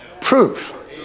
Proof